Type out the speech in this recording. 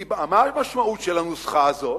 כי מה המשמעות של הנוסחה הזאת?